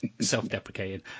self-deprecating